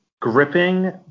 gripping